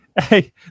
hey